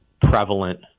prevalent